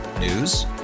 News